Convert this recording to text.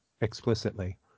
explicitly